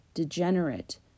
Degenerate